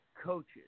coaches